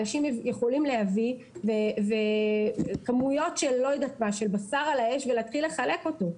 אנשים יכולים להביא כמויות של בשר על האש ולהתחיל לחלק אותו.